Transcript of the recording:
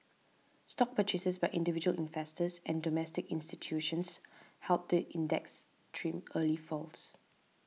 stock purchases by individual investors and domestic institutions helped the index trim early falls